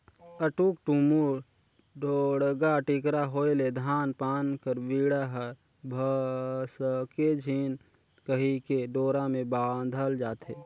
उटुक टुमुर, ढोड़गा टिकरा होए ले धान पान कर बीड़ा हर भसके झिन कहिके डोरा मे बाधल जाथे